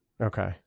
Okay